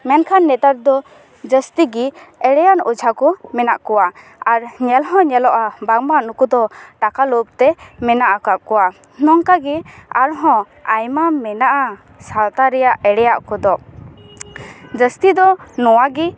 ᱢᱮᱱᱠᱷᱟᱱ ᱱᱮᱛᱟᱨ ᱫᱚ ᱡᱟᱹᱥᱛᱤ ᱜᱮ ᱮᱲᱮᱭᱟᱱ ᱚᱡᱷᱟ ᱠᱚ ᱢᱮᱱᱟᱜ ᱠᱚᱣᱟ ᱟᱨ ᱧᱮᱞ ᱦᱚᱸ ᱧᱮᱞᱚᱜᱼᱟ ᱵᱟᱝᱢᱟ ᱱᱩᱠᱩ ᱫᱚ ᱴᱟᱠᱟ ᱞᱳᱵ ᱛᱮ ᱢᱮᱱᱟᱜ ᱠᱟᱜ ᱠᱚᱣᱟ ᱱᱚᱝᱠᱟᱜᱮ ᱟᱨ ᱦᱚᱸ ᱟᱭᱢᱟ ᱢᱮᱱᱟᱜᱼᱟ ᱥᱟᱶᱛᱟ ᱨᱮᱭᱟᱜ ᱮᱲᱮᱭᱟᱜ ᱠᱚᱫᱚ ᱡᱟᱹᱥᱛᱤ ᱫᱚ ᱱᱚᱣᱟ ᱜᱮ